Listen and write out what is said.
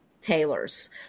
tailors